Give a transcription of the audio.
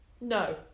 No